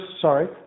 sorry